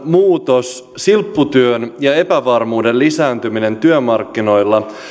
muutos silpputyön ja epävarmuuden lisääntyminen työmarkkinoilla